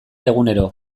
egunero